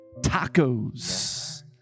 tacos